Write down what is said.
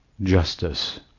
justice